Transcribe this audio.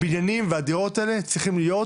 הבניינים והדעות האלה צריכים להיות